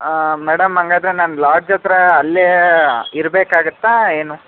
madam ಹಂಗಾದ್ರೆ ನಾನು lodge ಹತ್ರ ಅಲ್ಲೇ ಇರಬೇಕಾಗತ್ತಾ ಏನು